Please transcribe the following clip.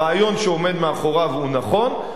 הרעיון שעומד מאחוריו הוא נכון.